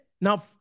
Now